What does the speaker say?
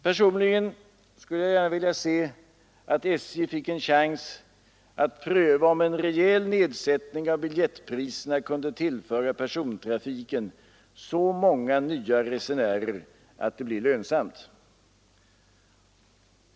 Personligen skulle jag gärna vilja se att SJ fick en chans att pröva om en rejäl nedsättning av biljettpriserna kunde tillföra persontrafiken så många nya resenärer att det blev lönsamt.